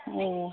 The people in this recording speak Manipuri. ꯑꯣ